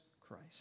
Christ